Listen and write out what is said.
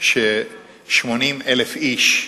ש-80,000 איש,